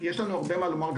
יש לנו הרבה מה לומר,